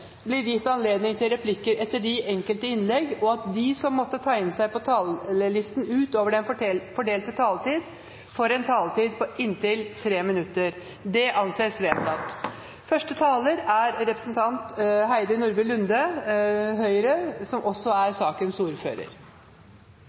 blir gitt anledning til replikker etter de enkelte innlegg, og at de som måtte tegne seg på talerlisten utover den fordelte taletid, får en taletid på inntil 3 minutter. – Det anses vedtatt. En liberal rettsstat, kombinert med velfungerende bank- og finansinstitusjoner, er en forutsetning for økonomisk vekst og velferdsutvikling. Nettopp derfor er